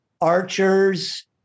archers